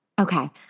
Okay